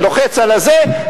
לוחץ על הזה,